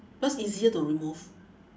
because easier to remove